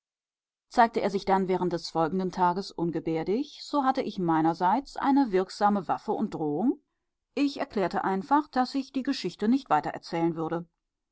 zeigte er sich dann während des folgenden tages ungebärdig so hatte ich meinerseits eine wirksame waffe und drohung ich erklärte einfach daß ich die geschichte nicht weitererzählen würde